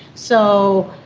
so,